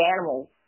animals